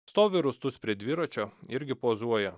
stovi rūstus prie dviračio irgi pozuoja